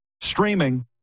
streaming